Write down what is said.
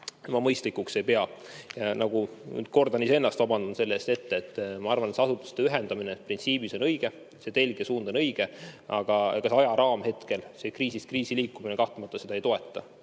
mõistlikuks ei pea. Nüüd kordan iseennast, vabandan selle eest ette, aga ma arvan, et asutuste ühendamine printsiibis on õige, see telg ja suund on õige, aga see ajaraam hetkel, see kriisist kriisi liikumine kahtlemata seda ei toeta.